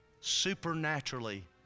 supernaturally